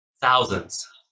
thousands